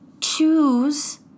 Choose